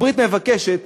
הברית מבקשת